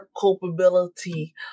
culpability